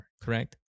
Correct